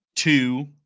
Two